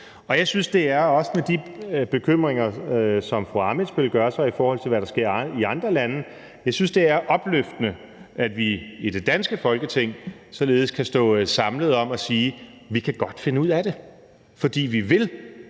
på. Jeg synes også i lyset af de bekymringer, som fru Katarina Ammitzbøll gør sig, i forhold til hvad der sker i andre lande, at det er opløftende, at vi i det danske Folketing således kan stå samlet om at sige, at vi godt kan finde ud af det, fordi vi vil